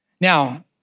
Now